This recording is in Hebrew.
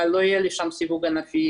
אבל לא יהיה לי שם סיווג ענפי